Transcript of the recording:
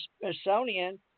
Smithsonian